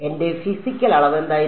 എന്റെ ഫിസിക്കൽ അളവ് എന്തായിരുന്നു